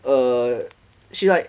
err she like